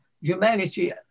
humanity